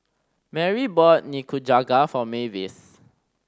Merry bought Nikujaga for Mavis